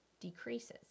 decreases